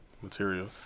material